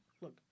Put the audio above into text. Look